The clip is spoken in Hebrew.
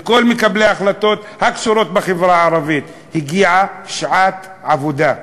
לכל מקבלי ההחלטות הקשורות בחברה הערבית: הגיעה שעת עבודה.